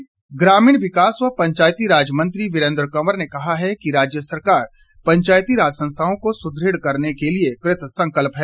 वीरेन्द्र कंवर ग्रामीण विकास व पंचायतीराज मंत्री वीरेन्द्र कंवर ने कहा है कि राज्य सरकार पंचायतीराज संस्थाओं को सुदृढ़ करने के लिए कृतसंकल्प है